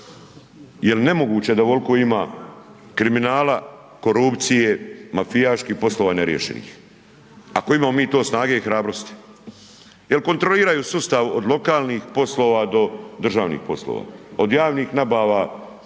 jel nemoguće da ovoliko ima kriminala, korupcije, mafijaških poslova neriješenih ako imamo mi to snage i hrabrosti, jer kontroliraju sustav od lokalnih poslova do državnih poslova. Od javnih nabava, kad